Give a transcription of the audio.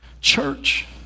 Church